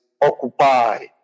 occupy